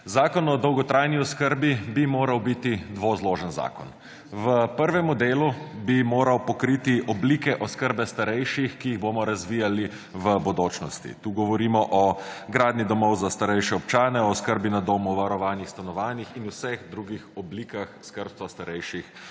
Zakon o dolgotrajni oskrbi bi moral biti dvozložen zakon. V prvem delu bi moral pokriti oblike oskrbe starejših, ki jih bomo razvijali v bodočnosti. Tu govorimo o gradnji domov za starejše občane, o skrbi na domu, varovanih stanovanjih in vseh drugih oblikah skrbstva starejših vmes.